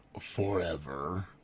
forever